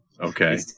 Okay